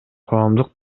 коомдук